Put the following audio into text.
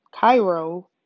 Cairo